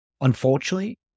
unfortunately